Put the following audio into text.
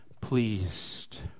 pleased